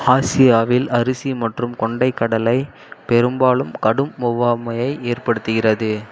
ஆசியாவில் அரிசி மற்றும் கொண்டைக்கடலை பெரும்பாலும் கடும் ஒவ்வாமையை ஏற்படுத்துகிறது